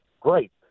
great